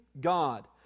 God